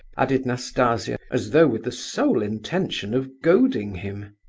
added nastasia, as though with the sole intention of goading him.